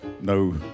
no